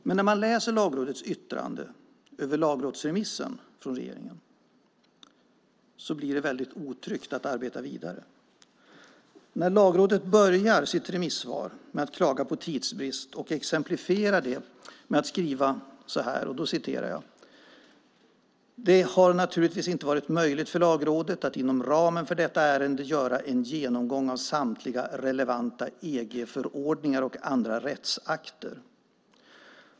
Men när man läser Lagrådets yttrande över förslaget känns det väldigt otryggt att arbeta vidare med det. Lagrådet börjar sitt remissvar med att klaga på tidsbrist och exemplifierar det med att skriva: "Det har naturligtvis inte varit möjligt för Lagrådet att inom ramen för detta ärende göra en genomgång av samtliga relevanta EG-förordningar och andra relevanta rättsakter.